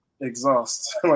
exhaust